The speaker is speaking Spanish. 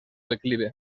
declive